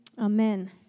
Amen